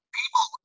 people